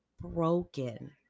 broken